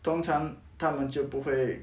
通常他们就不会